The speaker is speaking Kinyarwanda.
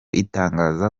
itangaza